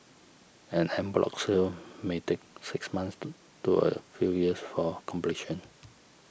an en bloc sale may take six months to to a few years for completion